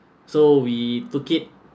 so we took it